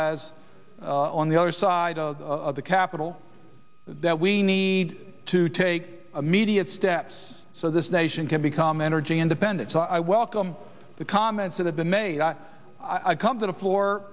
as on the other side of the capitol that we need to take immediate steps so this nation can become energy independent so i welcome the comments that have been made i come to the floor